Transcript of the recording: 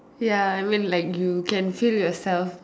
ya I mean like you can feel yourself